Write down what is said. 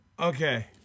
Okay